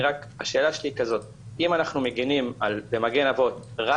השאלה שלי היא כזאת: אם אנחנו מגינים במגן אבות רק